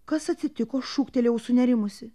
kas atsitiko šūktelėjau sunerimusi